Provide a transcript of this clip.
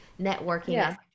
networking